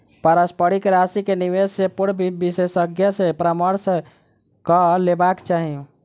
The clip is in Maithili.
पारस्परिक राशि के निवेश से पूर्व विशेषज्ञ सॅ परामर्श कअ लेबाक चाही